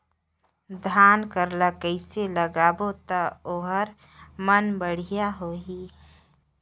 धान कर ला कइसे लगाबो ता ओहार मान बेडिया होही?